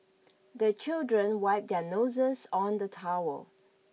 the children wipe their noses on the towel